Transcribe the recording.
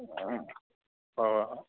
ꯎꯝ ꯍꯣꯏ ꯍꯣꯏ ꯍꯣꯏ